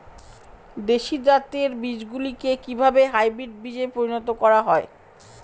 দেশি জাতের বীজগুলিকে কিভাবে হাইব্রিড বীজে পরিণত করা হয়?